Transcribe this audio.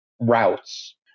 routes